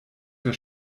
der